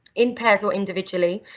in pairs or individually,